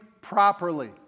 properly